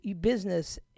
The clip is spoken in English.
business